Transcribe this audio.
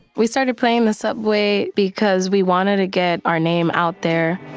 we started playing the subway because we wanted to get our name out there